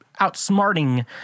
outsmarting